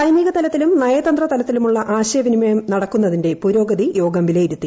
സൈനികതലത്തിലും നയതന്ത്രതലത്തിലുമുള്ളൂ ആൾയവിനിമയം നടക്കുന്നതിന്റെ പുരോഗതി യോഗം വിലയിരുത്തി